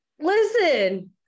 Listen